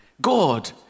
God